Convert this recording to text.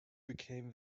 became